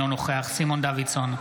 אינו נוכח סימון דוידסון,